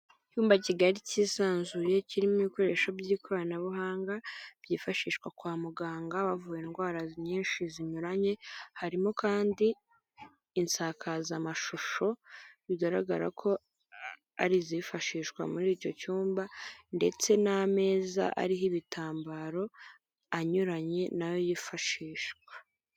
Icyumba kigari cyisanzuye kirimo ibikoresho by'ikoranabuhanga byifashishwa kwa muganga, bavura indwara nyinshi zinyuranye, harimo kandi insakazamashusho bigaragara ko ari izifashishwa muri icyo cyumba, ndetse n'ameza ariho ibitambaro anyuranye nayo yifashishwa.